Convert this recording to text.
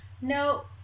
No